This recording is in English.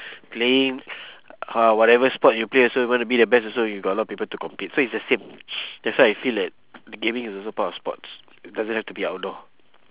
playing uh whatever sport you play also you want to be the best also you got a lot people to compete so it's the same that's why I feel like gaming is also part of sports it doesn't have to be outdoor